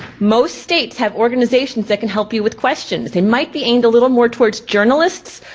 most states have organizations that can help you with questions, they might be aimed a little more towards journalists,